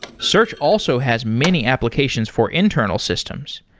search also has many applications for internal systems.